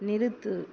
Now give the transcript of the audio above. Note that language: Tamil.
நிறுத்து